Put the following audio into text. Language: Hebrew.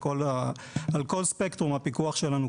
על כל ספקטרום הפיקוח שלנו,